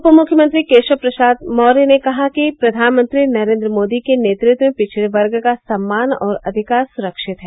उप मुख्यमंत्री केशव प्रसाद मौर्य ने कहा कि प्रधानमंत्री नरेन्द्र मोदी के नेतृत्व में पिछड़े वर्ग का सम्मान और अधिकार सुरक्षित है